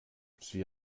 sie